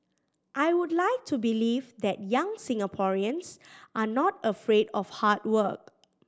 I would like to believe that young Singaporeans are not afraid of hard work